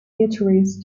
guitarist